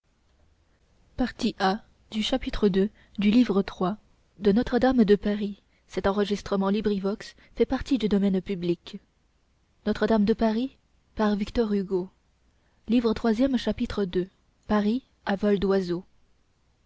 troisième i notre-dame ii paris à vol d'oiseau